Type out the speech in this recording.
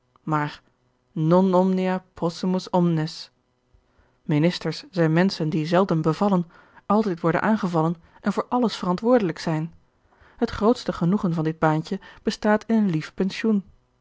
maar non omnia possumus omnes ministers zijn menschen die zelden bevallen altijd worden aangevallen en voor alles verantwoordelijk zijn het grootste genoegen van dit baantje bestaat in een lief pensioen